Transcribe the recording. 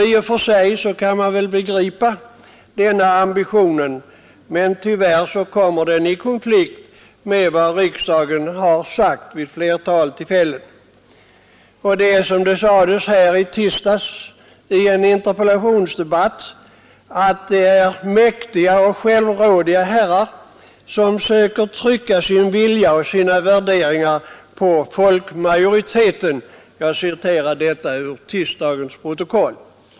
I och för sig kan man begripa denna ambition, men tyvärr kommer den i konflikt med vad riksdagen anfört vid ett flertal tillfällen. Det här förhållandet berördes i en interpellationsdebatt här i tisdags, då det uttalades: ”Tvärtom är det mycket självrådiga och mäktiga herrar, som försöker trycka sin speciella vilja och sina värderingar på folkmajoriteten.” — Jag citerade alltså detta ur tisdagens protokoll.